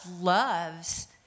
loves